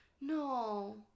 No